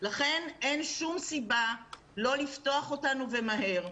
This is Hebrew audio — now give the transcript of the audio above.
לכן אין שום סיבה לא לפתוח אותנו, ומהר.